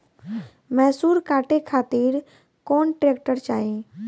मैसूर काटे खातिर कौन ट्रैक्टर चाहीं?